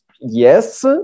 Yes